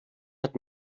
hat